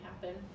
happen